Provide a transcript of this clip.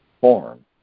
form